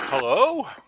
Hello